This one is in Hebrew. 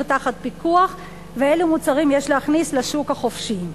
תחת פיקוח ואילו מוצרים יש להכניס לשוק החופשי.